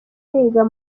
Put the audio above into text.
yiga